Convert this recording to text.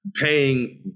paying